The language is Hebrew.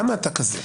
למה אתה כזה?